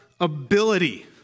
ability